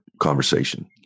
conversation